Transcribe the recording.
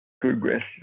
progress